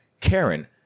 Karen